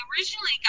originally